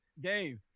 Dave